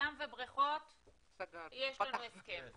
ים ובריכות יש לנו הסכם,